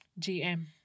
GM